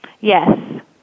Yes